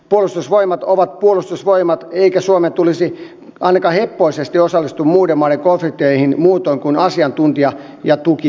puolustusvoimat ovat puolustusvoimat eikä suomen tulisi ainakaan heppoisesti osallistua muiden maiden konflikteihin muutoin kuin asiantuntija ja tukitehtävissä